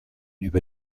über